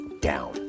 down